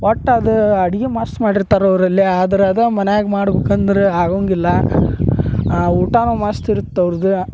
ಒಟ್ಟು ಅದ ಅಡಿಗೆ ಮಸ್ತ್ ಮಾಡಿರ್ತಾರ ಅವ್ರ ಅಲ್ಲಿ ಆದ್ರ ಅದ ಮನ್ಯಾಗ ಮಾಡ್ಬೇಕಂದ್ರ ಆಗೋವಂಗಿಲ್ಲ ಆ ಊಟಾನೂ ಮಸ್ತ್ ಇರತ್ತೆ ಅವ್ರ್ದ